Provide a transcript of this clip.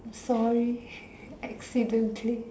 sorry accidentally